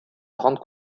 rendent